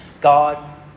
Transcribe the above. God